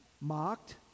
mocked